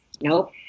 nope